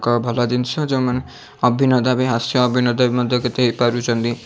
ଏକ ଭଲ ଜିନିଷ ଯେଉଁମାନେ ପାଇଁ ହାସ୍ୟ ଅଭିନେତା ମଧ୍ୟ କେତେ ହେଇପାରୁଛନ୍ତି